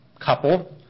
couple –